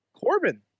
Corbin